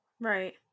Right